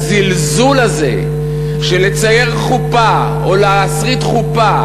הזלזול הזה של לצייר חופה או להסריט חופה